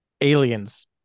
aliens